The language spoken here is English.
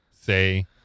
say